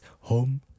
Home